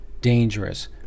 dangerous